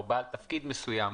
בעל תפקיד מסוים.